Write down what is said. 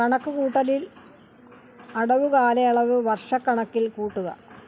കണക്കുക്കൂട്ടലിൽ അടവുകാലയളവ് വർഷക്കണക്കിൽ കൂട്ടുക